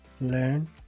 learn